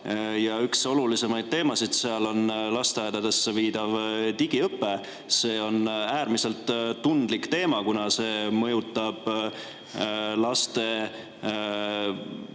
ja üks olulisemaid teemasid seal on lasteaedadesse viidav digiõpe. See on äärmiselt tundlik teema, kuna see mõjutab laste